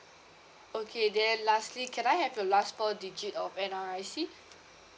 okay then lastly can I have your last four digit of N_R_I_C